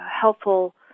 helpful